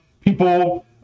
people